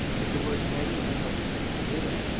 that the word marie held the key to the riddle.